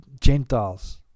Gentiles